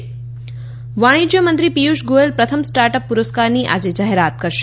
ત વાણિજ્ય મંત્રી પિયુષ ગોયલ પ્રથમ સ્ટાર્ટ અપ પુરસ્કારની આજે જાહેરાત કરશે